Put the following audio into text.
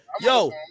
Yo